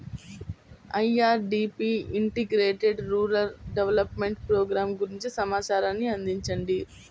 IRDP integrated rural development program గురించి సమాచారాన్ని అందించండి?